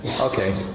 Okay